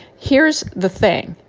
here's the thing,